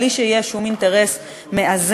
בלי שיהיה שום אינטרס מאזן,